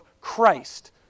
Christ